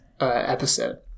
episode